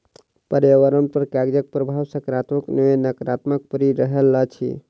पर्यावरण पर कागजक प्रभाव साकारात्मक नै नाकारात्मक पड़ि रहल अछि